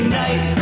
night